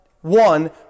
one